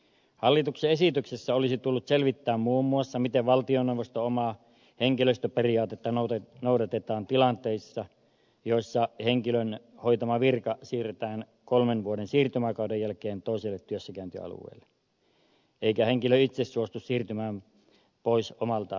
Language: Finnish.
hallituksen esityksessä olisi tullut selvittää muun muassa miten valtioneuvoston omaa henkilöstöperiaatetta noudatetaan tilanteissa joissa henkilön hoitama virka siirretään kolmen vuoden siirtymäkauden jälkeen toiselle työssäkäyntialueelle eikä henkilö itse suostu siirtymään pois omalta työssäkäyntialueeltaan